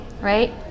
right